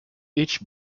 each